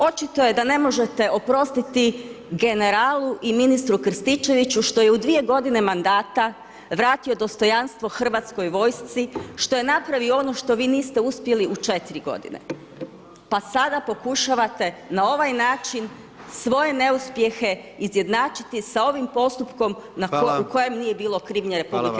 Očito je da ne možete oprostiti generalu i ministru Krstičeviću, što je u 2 g. mandata, vratio dostojanstvo hrvatskoj vojsci, što je napravio, ono što vi niste uspjeli u 4 g. pa sada pokušavate na ovaj način, svoje neuspjehe izjednačiti sa volim postupkom, u kojem nije bilo krivnje RH.